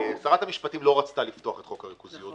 שרת המשפטים לא רצתה לפתוח את חוק הריכוזיות.